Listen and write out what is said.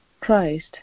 Christ